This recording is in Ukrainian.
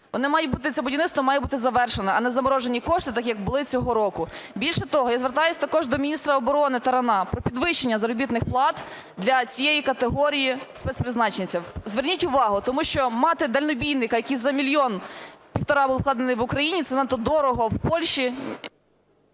це будівництво має бути завершене, а не заморожені кошти, так, як було цього року. Більше того, я звертаюсь також до міністра оборони Тарана про підвищення заробітних плат для цієї категорії спецпризначинців. Зверніть увагу, тому що мати дальнобійника, який за мільйон/півтора був вкладений в Україні – це надто дорого. В Польщі…